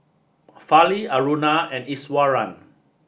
Fali Aruna and Iswaran